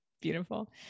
Beautiful